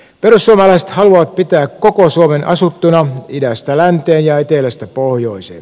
perussuomalaiset haluavat pitää koko suomen asuttuna idästä länteen ja etelästä pohjoiseen